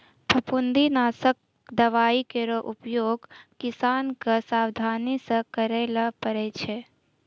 फफूंदी नासक दवाई केरो उपयोग किसान क सावधानी सँ करै ल पड़ै छै